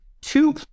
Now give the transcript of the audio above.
Two